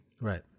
Right